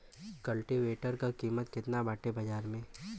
कल्टी वेटर क कीमत केतना बाटे बाजार में?